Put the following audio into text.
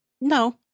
No